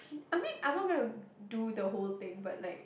I mean I'm not gonna do the whole day but like